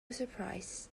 surprise